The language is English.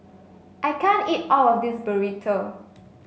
I can't eat all of this Burrito